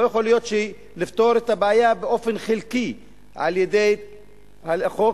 לא יכול להיות שנפתור את הבעיה באופן חלקי על-ידי החוק,